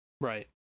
Right